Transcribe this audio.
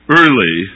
early